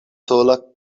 sola